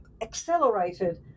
accelerated